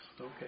okay